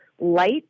light